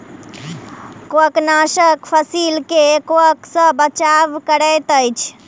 कवकनाशक फसील के कवक सॅ बचाव करैत अछि